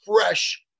fresh